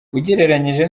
ugereranyije